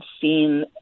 seen